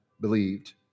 believed